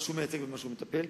במה שהוא מייצג ומה שהוא מטפל.